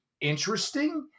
interesting